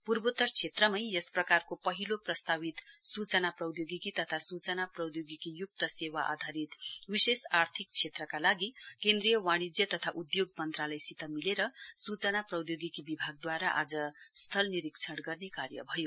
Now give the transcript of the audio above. पूर्वोत्तर क्षेत्रमै यस प्रकारको पहिलो प्रस्तावित सूचना प्रौद्योगिकी तथा सूचना प्रौद्योगिकीयूक्त सेवा आधारित विशेष आर्थिक क्षेत्रका लागि केन्द्रीय वाणिज्य तथा उद्योग मन्त्रालयसित मिलेर सूचना प्रौद्योगिकी विभागद्वारा आज स्थल निरीक्षण गर्ने कार्य भयो